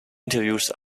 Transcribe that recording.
interviews